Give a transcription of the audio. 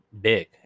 big